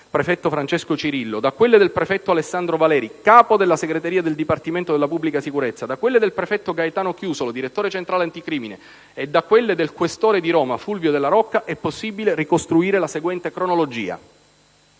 prefetto Francesco Cirillo, da quelle del prefetto Alessandro Valeri, capo della Segreteria del Dipartimento della pubblica sicurezza, da quelle del prefetto Gaetano Chiusolo, direttore centrale anticrimine, e da quelle del questore di Roma, Fulvio Della Rocca, è possibile ricostruire la seguente cronologia.